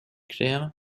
clair